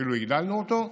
ואפילו הגדלנו אותו,